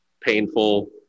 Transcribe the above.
painful